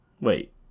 Wait